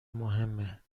مهمه